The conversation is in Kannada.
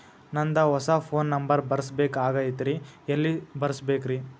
ನಂದ ಹೊಸಾ ಫೋನ್ ನಂಬರ್ ಬರಸಬೇಕ್ ಆಗೈತ್ರಿ ಎಲ್ಲೆ ಬರಸ್ಬೇಕ್ರಿ?